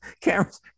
cameras